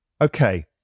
Okay